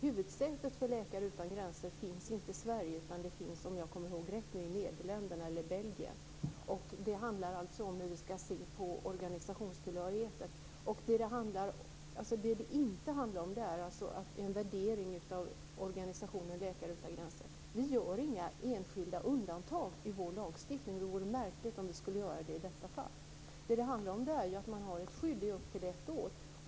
Huvudsätet för Läkare utan gränser finns inte i Sverige utan finns - om jag kommer ihåg rätt - i Nederländerna eller i Belgien. Det handlar om hur vi ska se på organisationstillhörigheten. Det handlar inte om en värdering av organisationen Läkare utan gränser. Vi gör inga enskilda undantag i vår lagstiftning. Det vore märkligt om vi skulle göra det i detta fall. Det handlar om att ha ett skydd i upp till ett år.